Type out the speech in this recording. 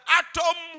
atom